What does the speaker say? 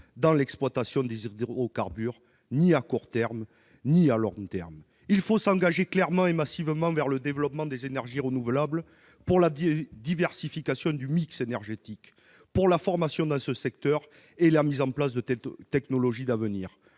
dans l'exploitation des hydrocarbures ni à court terme ni à long terme. Il faut s'engager clairement et massivement en faveur du développement des énergies renouvelables, de la diversification du mix énergétique, de la formation dans ce secteur et de la mise en place de technologies d'avenir.